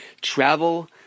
travel